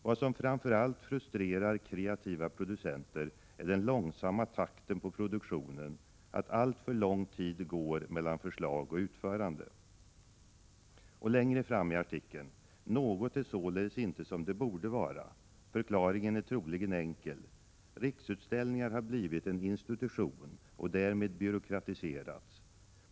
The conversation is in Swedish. Vad som framför allt frustrerar kreativa producenter är den långsamma takten på produktionen, att alltför lång tid går mellan förslag och utförande.” Och längre fram i artikeln: ”Något är således inte som det borde vara. Förklaringen är troligen enkel. Riksutställningar har blivit en institution, och därmed byråkratiserat.